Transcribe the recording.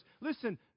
Listen